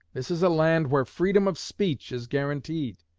this is a land where freedom of speech is guaranteed.